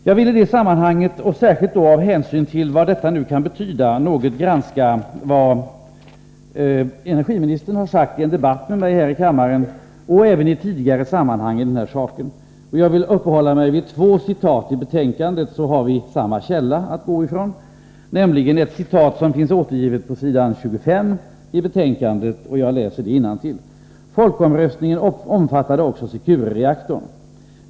Jag villi detta sammanhang och särskilt då av hänsyn till vad det kan betyda något granska vad energiministern sagt i den här saken i en debatt med mig här i kammaren och även vid ett tidigare tillfälle. Jag vill uppehålla mig vid två citat i betänkandet så att vi har samma källa att utgå ifrån. Först vill jag återge ett citat som finns på s. 25 i betänkandet: ”—-- folkomröstningen omfattade också Securereaktorn.